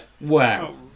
wow